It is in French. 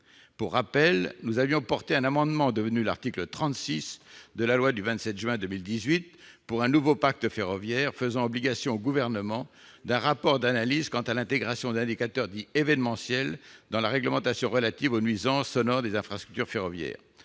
Pour rappel, nous avions déposé un amendement, devenu l'article 36 de la loi du 27 juin 2018 pour un nouveau pacte ferroviaire, faisant obligation au Gouvernement de rédiger un rapport d'analyse quant à l'intégration d'indicateurs dits « événementiels » dans la réglementation relative aux nuisances sonores des infrastructures ferroviaires.